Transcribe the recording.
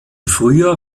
frühjahr